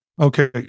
Okay